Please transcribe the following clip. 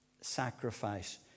sacrifice